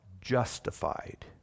justified